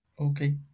Okay